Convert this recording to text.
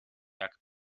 jak